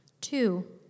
Two